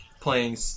playing